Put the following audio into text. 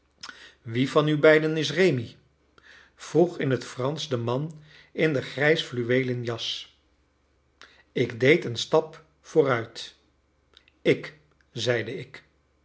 wie van u beiden is rémi vroeg in het fransch de man in de grijs fluweelen jas ik deed een stap vooruit ik zeide ik